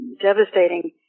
devastating